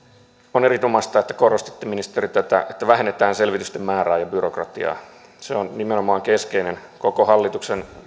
on erinomaista että korostitte ministeri tätä että vähennetään selvitysten määrää ja byrokratiaa se on nimenomaan keskeinen koko hallituksen